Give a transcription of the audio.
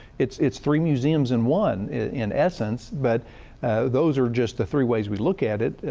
it's it's three museums in one in essence. but those are just the three ways we look at it.